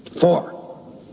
Four